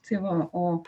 tai va o